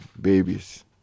babies